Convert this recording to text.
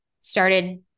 started